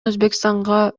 өзбекстанга